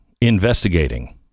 investigating